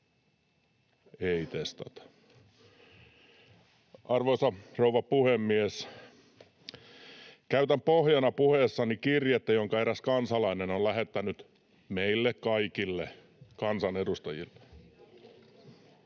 ei testata? Arvoisa rouva puhemies! Käytän puheessani pohjana kirjettä, jonka eräs kansalainen on lähettänyt kaikille meille kansanedustajille.